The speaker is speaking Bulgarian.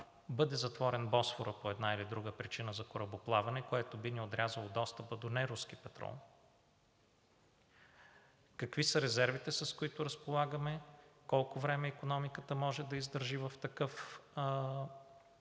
бъде затворен Босфора, по една или друга причина, за корабоплаване, което би ни отрязало достъпа до неруски петрол, какви са резервите, с които разполагаме, колко време икономиката може да издържи в такъв